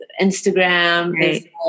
Instagram